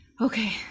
Okay